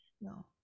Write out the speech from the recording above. No